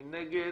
מי נגד?